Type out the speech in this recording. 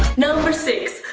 number six,